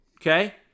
Okay